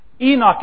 Enoch